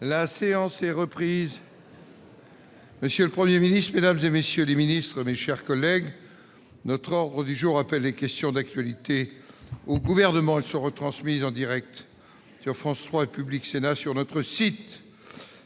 La séance est reprise. Monsieur le 1er ministre et messieurs les ministres, mes chers collègues, notre ordre du jour appelle les questions d'actualité ou de gouvernement et sont retransmises en Direct sur France 3 et Public Sénat sur notre site,